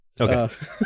Okay